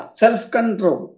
self-control